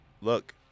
Look